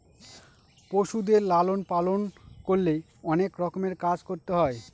পশুদের লালন পালন করলে অনেক রকমের কাজ করতে হয়